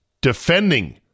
defending